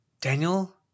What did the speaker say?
Daniel